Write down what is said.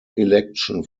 election